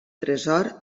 tresor